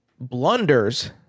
blunders